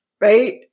right